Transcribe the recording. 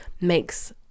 makes